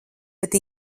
bet